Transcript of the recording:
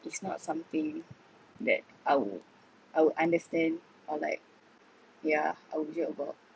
it's not something that I would I would understand or like yeah I would joke about